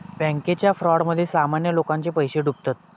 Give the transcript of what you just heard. बॅन्केच्या फ्रॉडमध्ये सामान्य लोकांचे पैशे डुबतत